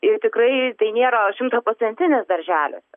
ir tikrai tai nėra šimtaprocentinis darželiuose